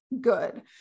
good